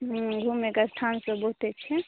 हूँ घुमैके स्थान सब बहुते छै